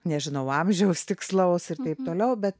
nežinau amžiaus tikslaus ir taip toliau bet